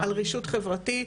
על רישות חברתי.